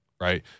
right